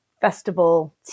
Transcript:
festival